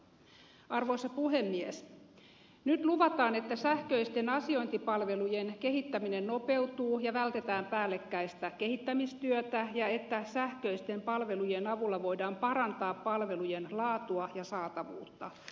nyt luvataan että sähköisten asiointipalvelujen kehittäminen nopeutuu ja vältetään päällekkäistä kehittämistyötä ja että sähköisten palvelujen avulla voidaan parantaa palvelujen laatua ja saatavuutta